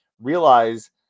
realize